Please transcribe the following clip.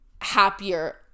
happier